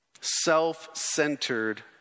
self-centered